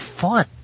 fun